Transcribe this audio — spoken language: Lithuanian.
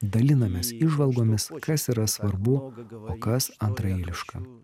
dalinamės įžvalgomis kas yra svarbu o kas antraeiliška